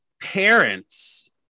parents